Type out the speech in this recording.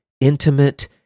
intimate